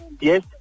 Yes